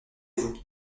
vous